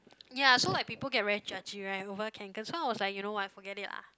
ya so like people get very judge right over Kanken so I was like you know what forget it lah